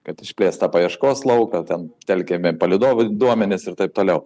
kad išplėst tą paieškos lauką ten telkiami palydovų duomenys ir taip toliau